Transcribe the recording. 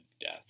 death